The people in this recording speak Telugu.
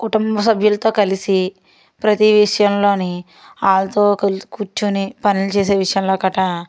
కుటుంబ సభ్యులతో కలసి ప్రతి విషయంలో వాళ్ళతో కలిసి కూర్చొని పనులు చేసే విషయంలో కటా